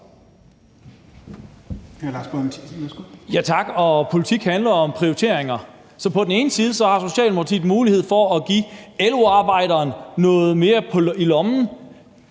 Tak. Og politik handler om prioriteringer. Så på den ene side har Socialdemokratiet mulighed for at give LO-arbejderen noget mere i lommen,